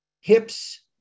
hips